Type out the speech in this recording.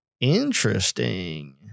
Interesting